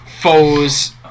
foes